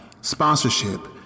sponsorship